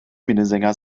minnesänger